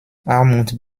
armut